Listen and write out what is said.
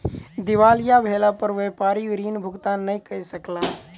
दिवालिया भेला पर व्यापारी ऋण भुगतान नै कय सकला